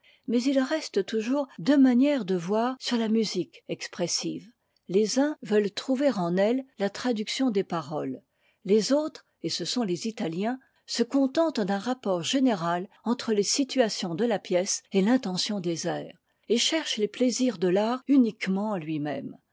mais il reste toujours deux manières de voir sur la musique expressive tes uns veulent trouver en elle la traduction des paroles es autres et ce sont les italiens se contentent d'un rapport général entre les situations de la pièce et l'intention des airs et cherchent les plaisirs de fart uniquement en tui même